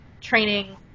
training